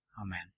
amen